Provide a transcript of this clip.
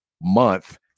month